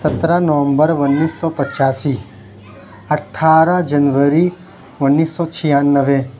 سترہ نومبر اُنیس سو پچاسی اٹھارہ جنوری اُنیس سو چھیانوے